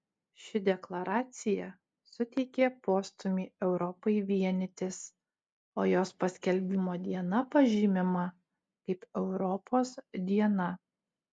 ši deklaracija suteikė postūmį europai vienytis o jos paskelbimo diena pažymima kaip europos diena